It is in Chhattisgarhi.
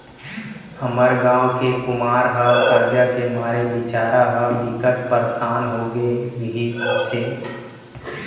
हमर गांव के कुमार ह करजा के मारे बिचारा ह बिकट परसान हो गे रिहिस हे